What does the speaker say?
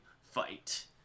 fight